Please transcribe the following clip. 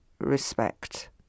respect